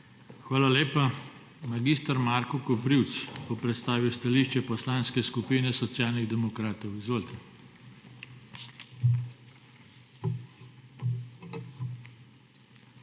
Hvala lepa. Mag. Marko Koprivc bo predstavil stališče Poslanske skupine Socialnih demokratov. Izvolite.